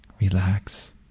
Relax